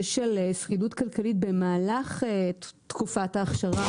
של שרידות כלכלית במהלך תקופת ההכשרה,